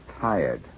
tired